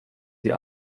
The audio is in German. sie